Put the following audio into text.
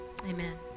Amen